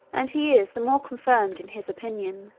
and he is the more confirmed in his opinion,